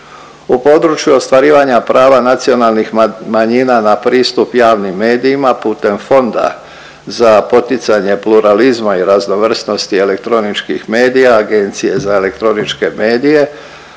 U području ostvarivanja prava nacionalnih manjina na pristup javnim medijima putem Fonda za poticanje pluralizma i raznovrsnosti elektroničkih medija Agencije za elektroničke medije